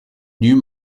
new